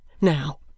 now